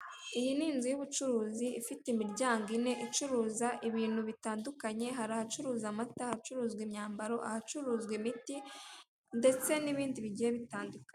Iyi ni inzu y'ubucuruzi ifite imiryango ine icuruza ibintu bitandukanye hari ahacuruza amata, ahacuruzwa imyambaro, ahacuruzwa imiti ndetse n'ibindi bigiye bitandukanye.